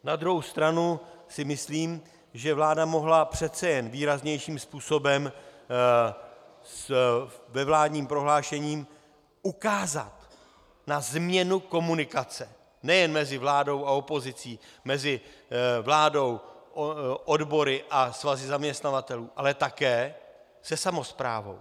Na druhou stranu si myslím, že vláda mohla přece jen výraznějším způsobem ve vládním prohlášení ukázat na změnu komunikace nejen mezi vládou a opozicí, mezi vládou, odbory a svazy zaměstnavatelů, ale také se samosprávou.